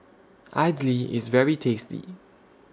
Idly IS very tasty